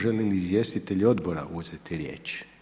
Žele li izvjestitelji odbora uzeti riječ?